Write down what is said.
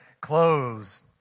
clothes